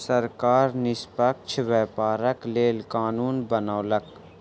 सरकार निष्पक्ष व्यापारक लेल कानून बनौलक